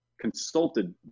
consulted